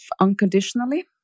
unconditionally